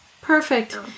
Perfect